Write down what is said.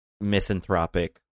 misanthropic